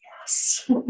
yes